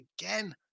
again